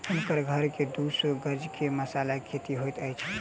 हुनकर घर के दू सौ गज में मसाला के खेती होइत अछि